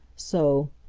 so,